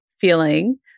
feeling